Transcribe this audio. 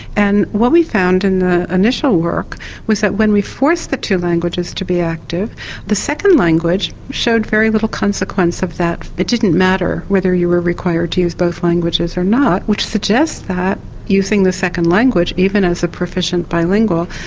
and what we found in the initial work was that when we forced the two languages to be active the second language showed very little consequence of that. it didn't matter whether you were required to use both languages or not, which suggests that using the second language even as a proficient bilingual,